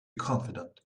confident